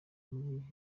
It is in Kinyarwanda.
muri